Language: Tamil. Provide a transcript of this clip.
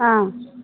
ஆ